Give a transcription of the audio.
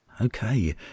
okay